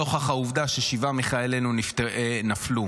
נוכח העובדה ששבעה מחיילינו נפלו,